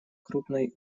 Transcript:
крупной